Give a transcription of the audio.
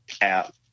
app